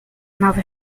nova